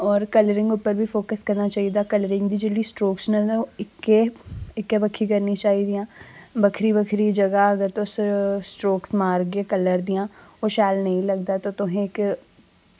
और कलरिंग उप्पर वी फोक्स करना चाहिदा कलरिंग दी जेह्ड़ी स्ट्रोक्स न ओह् इक्के इक्के बक्खी करनी चाहिदियां बक्खरी बक्खरी जगह अगर तुस स्ट्रोक्स मारगे कलर दियां ओह् शैल नेईं लगदा ते तुसें इक